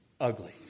ugly